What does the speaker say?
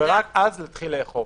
ורק אז להתחיל לאכוף.